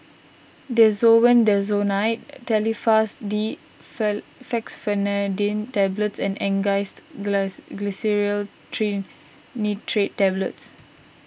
Desowen Desonide Telfast D Fexofenadine Tablets and Angised Glyceryl Trinitrate Tablets